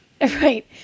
right